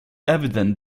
evident